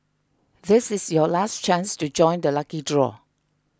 this is your last chance to join the lucky draw